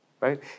right